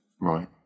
Right